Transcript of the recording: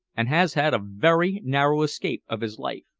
and has had a very narrow escape of his life.